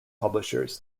publishers